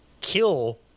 kill –